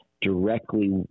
directly